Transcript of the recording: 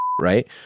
right